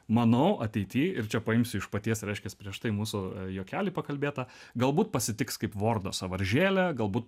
manau ateityj ir čia paimsiu iš paties reiškias prieš tai mūsų juokelį pakalbėtą galbūt pasitiks kaip wordo sąvaržėlę galbūt